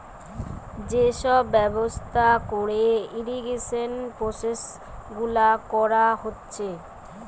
যে সব ব্যবস্থা কোরে ইরিগেশন প্রসেস গুলা কোরা হচ্ছে